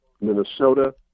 Minnesota